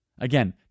Again